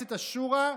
מועצת השורא,